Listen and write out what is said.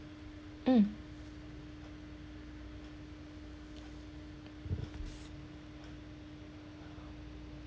mm